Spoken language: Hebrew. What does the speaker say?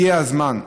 הגיע הזמן,